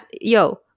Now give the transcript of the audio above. yo